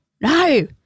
no